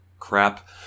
crap